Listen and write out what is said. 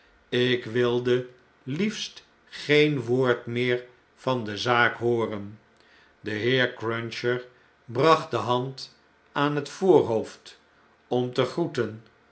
ik wilde liefst geen woord meer van de zaak hooren de heer cruncher bracht de hand aan het voorhoofd om te groeten